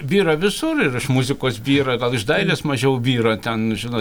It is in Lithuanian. byra visur ir iš muzikos byra iš dailės mažiau byra ten žino